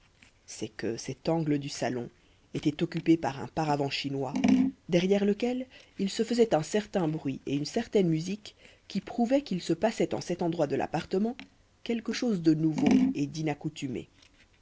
c'est que cet angle du salon était coupé par un paravent chinois derrière lequel il se faisait un certain bruit et une certaine musique qui prouvaient qu'il se passait en cet endroit de l'appartement quelque chose de nouveau et